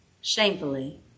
shamefully